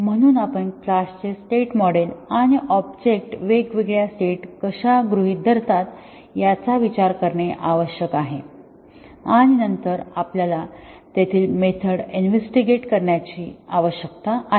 म्हणून आपण क्लासचे स्टेट मॉडेल आणि ऑब्जेक्ट वेगवेगळ्या स्टेट्स कशा गृहीत धरतात याचा विचार करणे आवश्यक आहे आणि नंतर आपल्याला तेथील मेथड इन्व्हेस्टीगेट करण्याची आवश्यकता आहे